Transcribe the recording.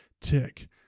tick